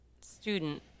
student